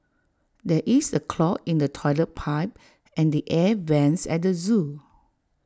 there is A clog in the Toilet Pipe and the air Vents at the Zoo